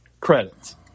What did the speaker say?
credits